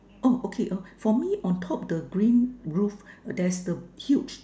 oh okay uh for me on top the green roof there the huge